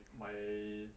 my